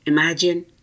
Imagine